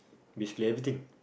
basically everything